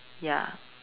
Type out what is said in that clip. ya